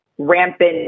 rampant